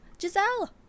Giselle